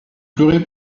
pleurez